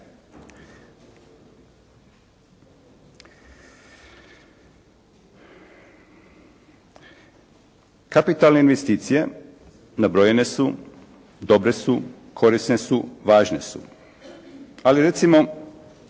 Kapitalne investicije nabrojene su, dobre su, korisne su, važne su. Ali recimo